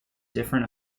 different